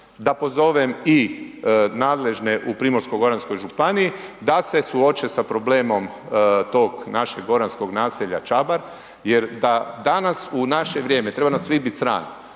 da pozovem i nadležne u Primorsko-goranskoj županiji da se suoče sa problemom tog našeg goranskog naselja Čabar jer da danas u naše vrijeme, treba nas sve biti sram